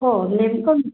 हो नेमकं